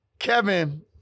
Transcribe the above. Kevin